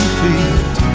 feet